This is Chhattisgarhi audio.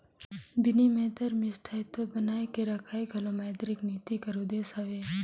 बिनिमय दर में स्थायित्व बनाए के रखई घलो मौद्रिक नीति कर उद्देस हवे